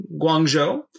Guangzhou